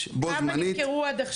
בו-זמנית --- כמה נמכרו עד עכשיו?